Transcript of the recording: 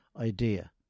idea